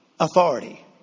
Authority